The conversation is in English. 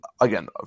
again